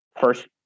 first